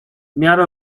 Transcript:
miarę